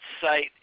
site